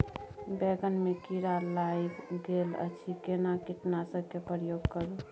बैंगन में कीरा लाईग गेल अछि केना कीटनासक के प्रयोग करू?